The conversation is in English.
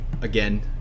again